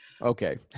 Okay